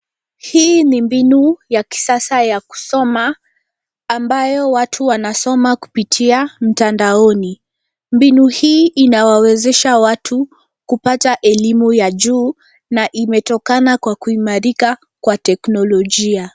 Hii ni mbinu ya kisasa ya kusoma, ambayo watu wanasoma kupitia mtandaoni. Mbinu hii inawawezesha watu kupata elimu ya juu na imetokana kwa kuimarika kwa teknolojia.